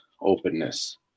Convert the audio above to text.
openness